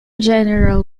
general